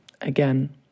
again